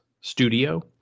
studio